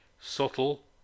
Subtle